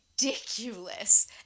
ridiculous